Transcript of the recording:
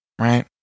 Right